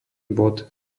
bod